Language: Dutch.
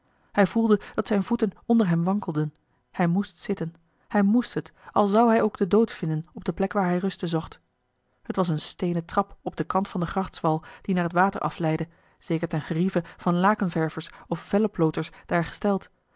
hij voelde dat zijne voeten onder hem wankelden hij moest zitten hij moest het al zou hij ook den dood vinden op de plek waar hij ruste zocht het was eene steenen trap op den kant van den grachtswal die naar het water afleidde zeker ten gerieve van lakenververs of